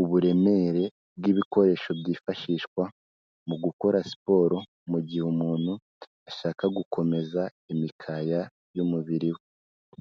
uburemere bw'ibikoresho byifashishwa mu gukora siporo mu gihe umuntu ashaka gukomeza imikaya y'umubiri we.